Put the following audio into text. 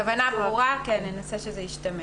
הכוונה ברורה, ננסה שזה ישתמע.